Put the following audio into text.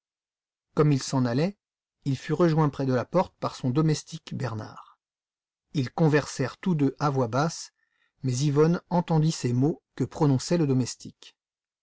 comme il s'en allait il fut rejoint près de la porte par son domestique bernard ils conversèrent tous deux à voix basse mais yvonne entendit ces mots que prononçait le domestique